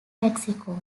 mexico